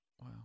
Wow